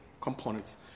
components